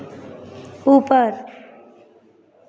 ऊपर